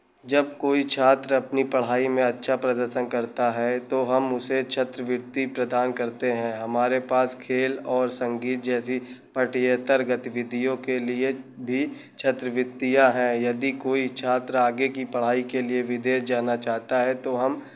जब कोई छात्र अपनी पढ़ाई मे अच्छा प्रदर्शन करता है तो हम उसे छात्रवृति प्रदान करते हैं हमारे पास खेल और संगीत जैसी पठयेतर गतिविधियों के लिए भी छात्रवृतियाँ है यदि कोई छात्र आगे की पढ़ाई के लिए विदेश जाना चाहता है तो हम